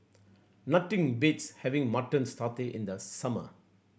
nothing beats having Mutton Satay in the summer